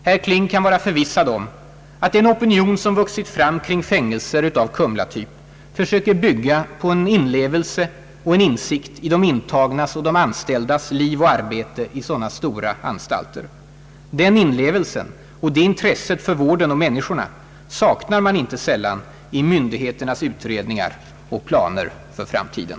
Herr Kling kan vara förvissad om att den opinion, som vuxit fram kring fängelser av Kumlatyp, försöker bygga på en inlevelse och en insikt i de intagnas och de anställdas liv och arbete i sådana stora anstalter. Den inlevelsen och det intresset för vården och människorna saknar man inte sällan i myndigheternas utredningar och planer för framtiden.